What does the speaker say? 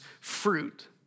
fruit